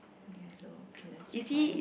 yellow okay that's fine